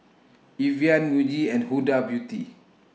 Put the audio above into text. Evian Muji and Huda Beauty